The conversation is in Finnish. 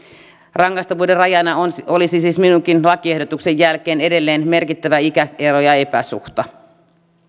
rangaistavuuden rajana olisi siis minunkin lakiehdotukseni jälkeen edelleen merkittävä ikäero ja epäsuhta